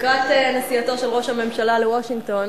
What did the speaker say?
לקראת נסיעתו של ראש הממשלה לוושינגטון